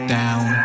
down